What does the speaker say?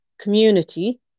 community